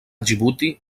djibouti